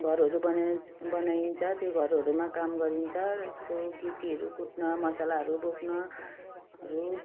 घरहरू बनाइ बनाइन्छ त्यही घरहरूमा काम गरिन्छ यसो गिटीहरू कुट्न मसालाहरू बोक्नहरू